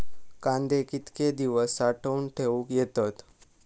कांदे कितके दिवस साठऊन ठेवक येतत?